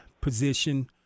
position